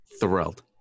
Thrilled